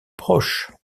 proches